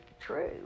true